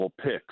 picks